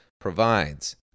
provides